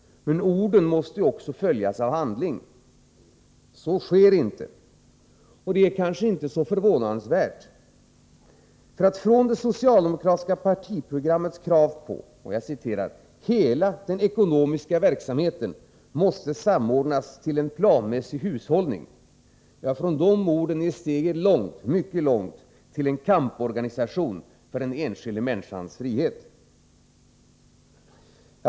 Men orden måste följas av handling. Så sker inte, och det är kanske inte så förvånansvärt. Från det socialdemokratiska partiprogrammets krav att ”hela den ekonomiska verksamheten måste samordnas till en planmässig hushållning” är det ett mycket långt steg till en kamporganisation för den enskilda människans frihet.